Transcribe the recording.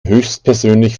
höchstpersönlich